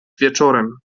wieczorem